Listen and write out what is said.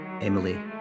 Emily